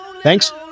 Thanks